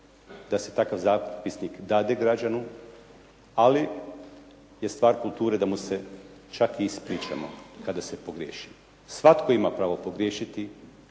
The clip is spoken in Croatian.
da se takav zapisnik građaninu ali je stvar kulture da mu se čak i ispričamo kada se pogriješi. Svatko ima pravo pogriješiti